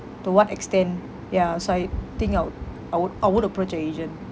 to what extent ya so I think I would I would I would approach a agent